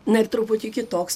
na ir truputį kitoks